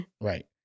Right